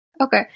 Okay